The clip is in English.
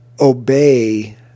obey